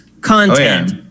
content